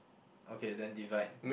okay then divide